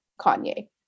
Kanye